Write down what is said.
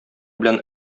белән